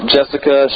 Jessica